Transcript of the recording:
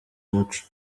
umuco